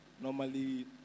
normally